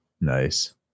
Nice